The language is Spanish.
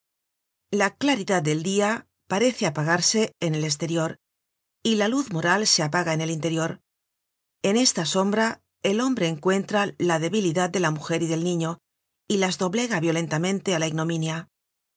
la claridad del dia parece apagarse en el esterior y la luz moral se apaga en el interior en esta sombra el hombre encuentra la debilidad de la mujer y del niño y las doblega violentamente á la ignominia